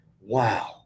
wow